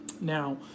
Now